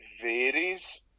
varies